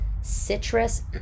citrus